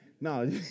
No